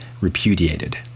repudiated